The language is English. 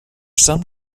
some